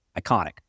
iconic